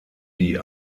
die